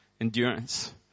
endurance